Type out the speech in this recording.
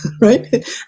right